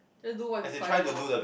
just do what's required lor